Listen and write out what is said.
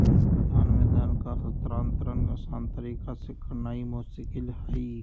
कराधान में धन का हस्तांतरण असान तरीका से करनाइ मोस्किल हइ